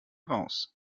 raus